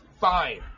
fine